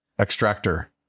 Extractor